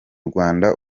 rwanda